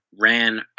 ran